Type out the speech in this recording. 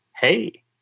hey